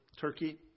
Turkey